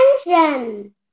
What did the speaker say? attention